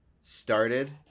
started